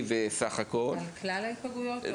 מגזר חרדי וסך הכול --- על כלל ההיפגעויות?